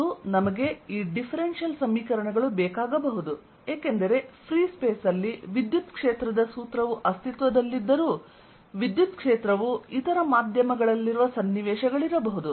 ಮತ್ತು ನಮಗೆ ಈ ಡಿಫ್ರೆನ್ಸಿಯಲ್ ಸಮೀಕರಣಗಳು ಬೇಕಾಗಬಹುದು ಏಕೆಂದರೆ ಫ್ರೀ ಸ್ಪೇಸ್ ಅಲ್ಲಿ ವಿದ್ಯುತ್ ಕ್ಷೇತ್ರದ ಸೂತ್ರವು ಅಸ್ತಿತ್ವದಲ್ಲಿದ್ದರೂ ವಿದ್ಯುತ್ ಕ್ಷೇತ್ರವು ಇತರ ಮಾಧ್ಯಮಗಳಲ್ಲಿರುವ ಸನ್ನಿವೇಶಗಳಿರಬಹುದು